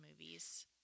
movies